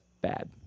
bad